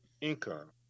income